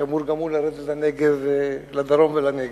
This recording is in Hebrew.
שאמור גם הוא לרדת לדרום ולנגב.